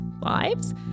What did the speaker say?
lives